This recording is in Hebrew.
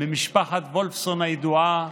ממשפחת וולפסון הידועה,